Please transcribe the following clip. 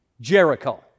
Jericho